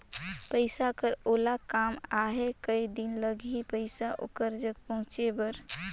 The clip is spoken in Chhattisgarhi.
पइसा कर ओला काम आहे कये दिन लगही पइसा ओकर जग पहुंचे बर?